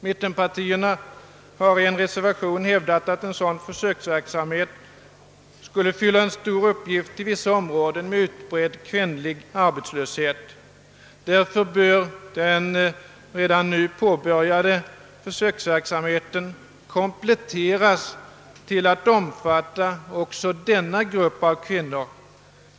Mittenpartierna har i en reservation hävdat, att en sådan försöksverksamhet skulle fylla en stor uppgift i vissa områden med utbredd kvinnlig arbetslöshet. Därför bör den redan påbörjade försöksverksamheten utvidgas till att omfatta även denna grupp av kvinnor.